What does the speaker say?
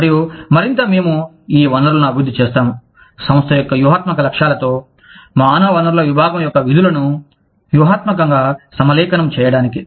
మరియు మరింత మేము ఈ వనరులను అభివృద్ధి చేస్తాము సంస్థ యొక్క వ్యూహాత్మక లక్ష్యాలతో మానవ వనరుల విభాగం యొక్క విధులను వ్యూహాత్మకంగా సమలేఖనం చేయడానికి